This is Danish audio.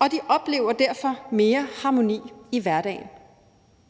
og de oplever derfor mere harmoni i hverdagen.